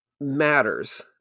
matters